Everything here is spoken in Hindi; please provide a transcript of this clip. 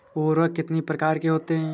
उर्वरक कितनी प्रकार के होते हैं?